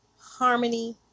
harmony